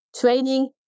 Training